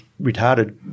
retarded